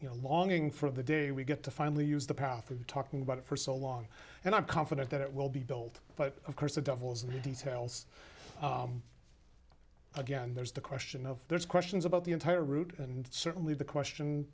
you know longing for the day we get to finally use the path of talking about it for so long and i'm confident that it will be built but of course the devil's in the details again there's the question of there's questions about the entire route and certainly the question